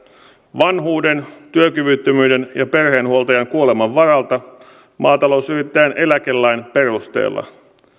vanhuuden työkyvyttömyyden ja perheen huoltajan kuoleman varalta maatalousyrittäjän eläkelain perusteella